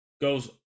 goes